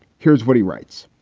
here's what he writes.